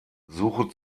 suche